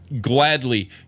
gladly